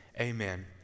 Amen